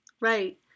Right